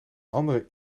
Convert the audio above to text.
andere